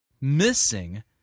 missing